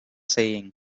saying